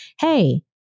Hey